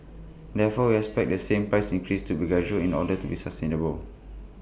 therefore we expect the price increase to be gradual in order to be sustainable